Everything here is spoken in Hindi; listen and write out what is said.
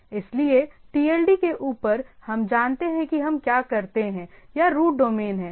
इसलिए TLD के ऊपर हम जानते हैं कि हम क्या करते हैं या रूट डोमेन है